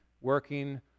working